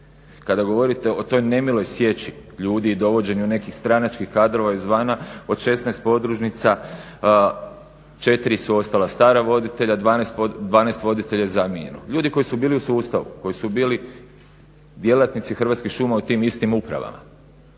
Kada govorite o toj nemiloj sjeći ljudi i dovođenju nekih stranačkih kadrova izvana od 16 podružnica, 4 su ostala stara voditelja, 12 voditelja …/Govornik se ne razumije./… Ljudi koji su bili u sustavu, koji su bili djelatnici Hrvatskih šuma u tim istim upravama,